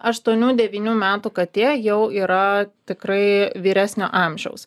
aštuonių devynių metų katė jau yra tikrai vyresnio amžiaus